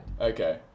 Okay